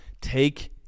take